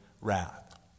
wrath